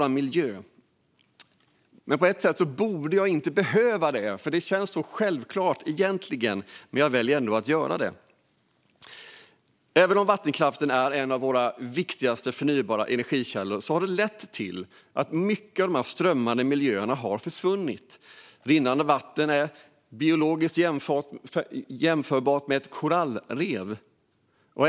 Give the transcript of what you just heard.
Det borde jag på ett sätt inte behöva göra eftersom det egentligen känns så självklart, men jag gör det ändå. Även om vattenkraften är en av våra viktigaste förnybara energikällor har den lett till att många av de strömmande miljöerna har försvunnit. Rinnande vatten är biologiskt jämförbart med korallrev.